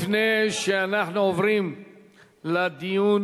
לפני שאנחנו עוברים לדיון